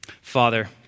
Father